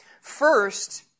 First